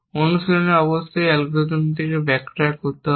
অনুশীলনে অবশ্যই একটি অ্যালগরিদমকে ব্যাক ট্র্যাক করতে হবে